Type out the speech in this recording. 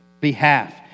behalf